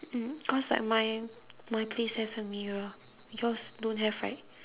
mmhmm because like my my place has a mirror yours don't have right